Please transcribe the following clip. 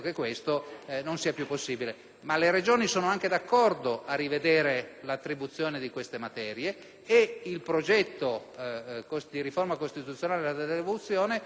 Le Regioni sono d'accordo a rivedere l'attribuzione di queste materie. Il progetto di riforma costituzionale della devoluzione aveva al suo interno